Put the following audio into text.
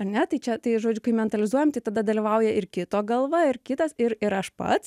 ar ne tai čia tai žodžiu kaip mentalizuojam tai tada dalyvauja ir kito galva ir kitas ir ir aš pats